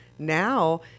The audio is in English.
Now